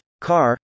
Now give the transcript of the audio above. car